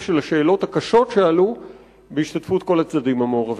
של השאלות הקשות שעלו בהשתתפות כל הצדדים המעורבים.